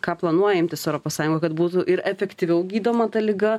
ką planuoja imtis europos sąjunga kad būtų ir efektyviau gydoma ta liga